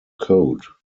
code